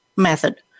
method